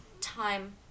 time